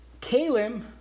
Kalim